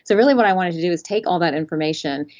so really what i wanted to do is take all that information,